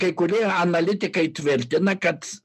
kai kurie analitikai tvirtina kad